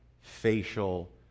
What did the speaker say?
facial